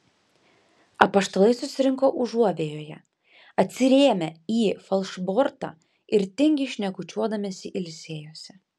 apaštalai susirinko užuovėjoje atsirėmę į falšbortą ir tingiai šnekučiuodamiesi ilsėjosi